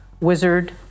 wizard